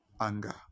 anger